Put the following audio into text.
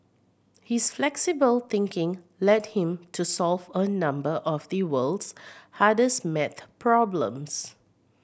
his flexible thinking led him to solve a number of the world's hardest maths problems